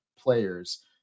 players